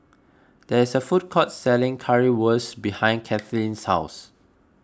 there is a food court selling Currywurst behind Kathleen's house